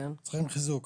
צריכים חיזוק.